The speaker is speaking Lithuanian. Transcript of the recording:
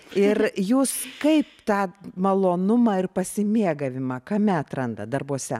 ir jūs kaip tą malonumą ir pasimėgavimą kame atrandat darbuose